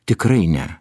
tikrai ne